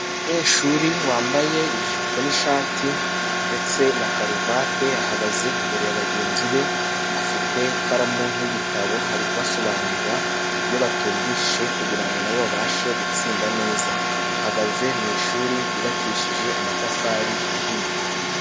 Umunyeshuri wambaye ijipo n'ishati ndetse na karuvati, ahagaze imbere ya bagenzi be, afite ikaramu n'igitabo, ari kubasobanurira ibyo batumvise kugira ngo nabo babashe gutsinda neza, ahagaze mu ishuri ryubakishije amatafari ahiye.